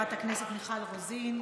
חברת הכנסת מיכל רוזין,